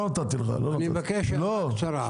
אני מבקש הערה קצרה.